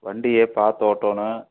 வண்டியை பார்த்து ஓட்டணும்